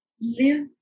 live